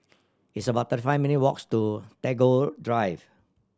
it's about thirty five minute' walks to Tagore Drive